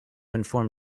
inform